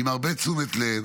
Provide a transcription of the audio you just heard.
עם הרבה תשומת לב.